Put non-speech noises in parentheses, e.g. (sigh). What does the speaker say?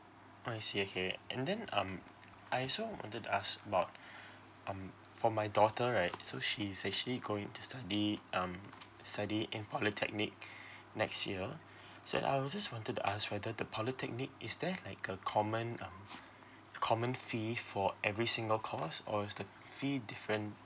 I see okay and then um I also wanted to ask about (breath) um for my daughter right so she's actually going to study um study in polytechnic (breath) next year (breath) so I was just wanted to ask whether the polytechnic is there like a common um common fee for every single course or is the fee different